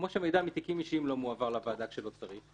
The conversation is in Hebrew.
כמו שמידע מתיקים אישיים לא מועבר לוועדה כשלא צריך,